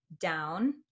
down